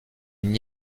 n’y